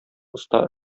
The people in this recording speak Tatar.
оста